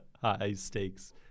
high-stakes